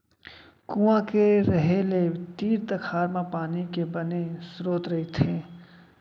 कुँआ के रहें ले तीर तखार म पानी के बने सरोत रहिथे